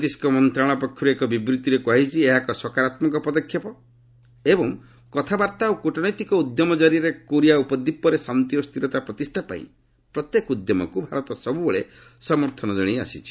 ବୈଦେଶିକ ମନ୍ତ୍ରଣାଳୟ ପକ୍ଷରୁ ଏକ ବିବୃତ୍ତିରେ କୁହାଯାଇଛି ଏହା ଏକ ସକାରାତୁକ ପଦକ୍ଷେପ ଏବଂ କଥାବାର୍ତ୍ତା ଓ କୂଟନୈତିକ ଉଦ୍ୟମ କରିଆରେ କୋରିଆ ଉପଦ୍ୱୀପରେ ଶାନ୍ତି ଓ ସ୍ତିରତା ପ୍ରତିଷ୍ଠା ପାଇଁ ପ୍ରତ୍ୟେକ ଉଦ୍ୟମକୁ ଭାରତ ସବୁବେଳେ ସମର୍ଥନ ଜଣାଇ ଆସିଛି